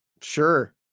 Sure